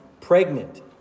pregnant